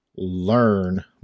learn